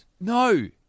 No